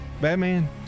Batman